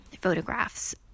photographs